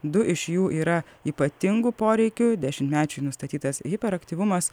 du iš jų yra ypatingų poreikių dešimtmečiui nustatytas hiperaktyvumas